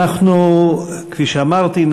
כפי שאמרתי,